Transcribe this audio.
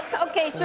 okay, so